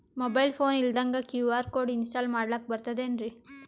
Mobile phone ಇಲ್ದಂಗ QR code install ಮಾಡ್ಲಕ ಬರ್ತದೇನ್ರಿ?